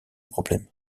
problème